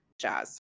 jazz